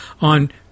on